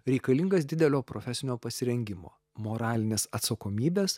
reikalingas didelio profesinio pasirengimo moralinės atsakomybės